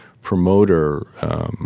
promoter